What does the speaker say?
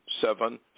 seven